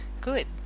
good